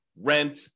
rent